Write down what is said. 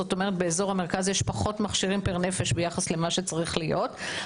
זאת אומרת באזור המרכז יש פחות מכשירים פר נפש ביחס למה שצריך להיות.